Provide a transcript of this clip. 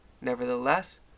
Nevertheless